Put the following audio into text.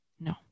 No